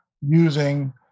using